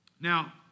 Now